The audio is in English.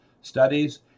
studies